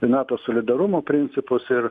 nato solidarumo principus ir